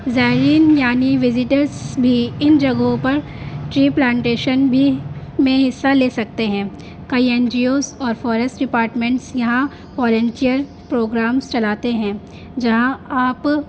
زائرین یعنی وزیٹرس بھی ان جگہوں پر ٹری پلانٹیشن بھی میں حصہ لے سکتے ہیں کئی این جی اوز اور فورسٹ ڈپارٹمنٹس یہاں واللنٹیئر پروگرامس چلاتے ہیں جہاں آپ